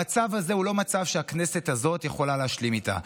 המצב הזה הוא לא מצב שהכנסת הזאת יכולה להשלים איתו,